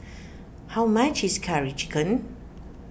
how much is Curry Chicken